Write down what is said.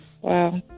Wow